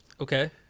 Okay